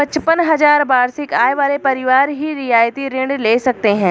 पचपन हजार वार्षिक आय वाले परिवार ही रियायती ऋण ले सकते हैं